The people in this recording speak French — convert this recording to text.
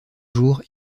jours